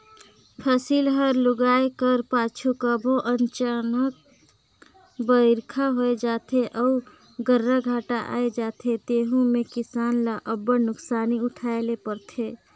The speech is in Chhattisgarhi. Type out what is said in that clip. फसिल हर लुवाए कर पाछू कभों अनचकहा बरिखा होए जाथे अउ गर्रा घांटा आए जाथे तेहू में किसान ल अब्बड़ नोसकानी उठाए ले परथे